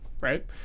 right